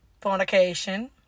fornication